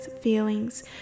feelings